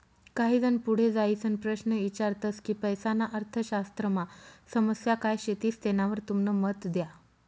काही जन पुढे जाईसन प्रश्न ईचारतस की पैसाना अर्थशास्त्रमा समस्या काय शेतीस तेनावर तुमनं मत द्या